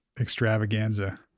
extravaganza